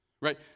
Right